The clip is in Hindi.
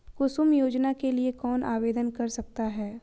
कुसुम योजना के लिए कौन आवेदन कर सकता है?